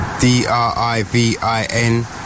D-R-I-V-I-N